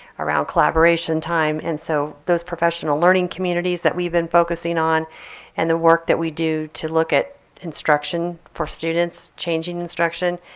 around collaboration time. and so those professional learning communities that we've been focusing on and the work that we do to look at instruction for students, changing instruction,